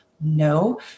No